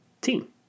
team